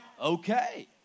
okay